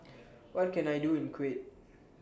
What Can I Do in Kuwait